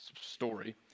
story